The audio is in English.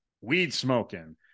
weed-smoking